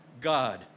God